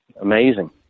amazing